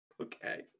Okay